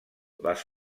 les